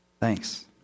Thanks